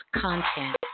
content